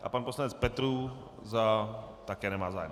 A pan poslanec Petrů také nemá zájem.